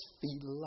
feel